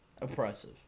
oppressive